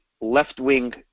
left-wing